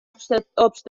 obstaculitzar